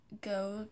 go